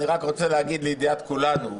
אני רק רוצה להגיד לידיעת כולנו,